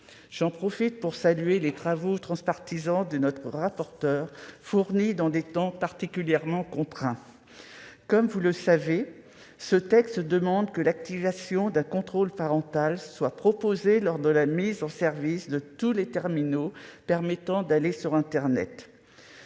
J'en profite pour saluer les travaux transpartisans de notre rapporteure, élaborés dans des temps particulièrement contraints. Comme vous le savez, ce texte impose que soit proposée l'activation d'un contrôle parental lors de la mise en service des terminaux permettant d'accéder à internet.